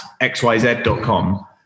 xyz.com